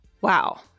Wow